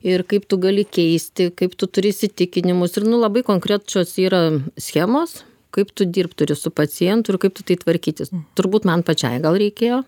ir kaip tu gali keisti kaip tu turi įsitikinimus ir nu labai konkrečios yra schemos kaip tu dirbt turi su pacientu ir kaip tu tai tvarkytis turbūt man pačiai gal reikėjo